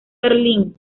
berlín